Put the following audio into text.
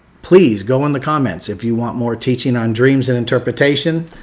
please go in the comments. if you want more teaching on dreams and interpretation,